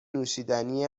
نوشیدنی